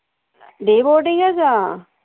ਡੇ boarding ਹੈ ਜਾਂ